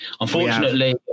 Unfortunately